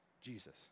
Jesus